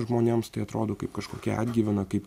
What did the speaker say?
žmonėms tai atrodo kaip kažkokia atgyvena kaip